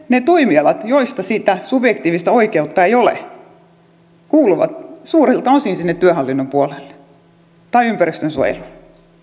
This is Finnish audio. ne toimialat joissa sitä subjektiivista oikeutta ei ole kuuluvat suurilta osin työhallinnon puolelle tai ympäristönsuojeluun